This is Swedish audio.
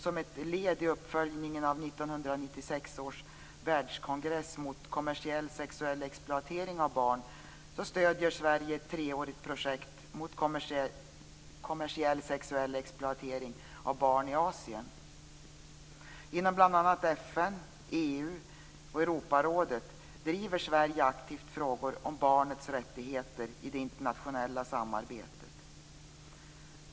Som ett led i uppföljningen av 1996 år Världskongress mot kommersiell sexuell exploatering av barn stöder Sverige ett treårigt projekt mot kommersiell sexuell exploatering av barn i Asien. Inom bl.a. FN, EU och Europarådet driver Sverige aktivt frågor om barnets rättigheter i det internationella samarbetet.